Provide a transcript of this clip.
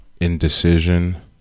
indecision